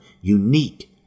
unique